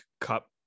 Cup